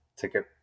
Ticket